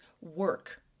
work